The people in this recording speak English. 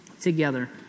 together